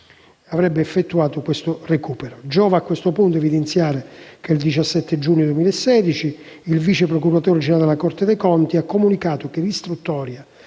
avrebbe effettuato questo recupero. Giova a questo punto evidenziare che il 17 giugno 2016, il vice procuratore generale della Corte dei conti ha comunicato che l'istruttoria,